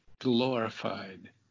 glorified